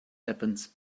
happens